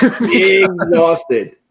Exhausted